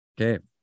okay